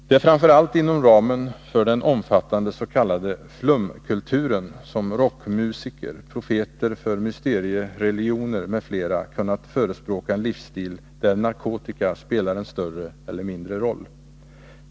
Det är framför allt inom ramen för den omfattande s.k. flumkulturen som rockmusiker, profeter för mysteriereligioner m.fl. kunnat förespråka en livsstil där narkotika spelar en större eller mindre roll.